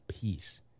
peace